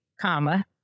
comma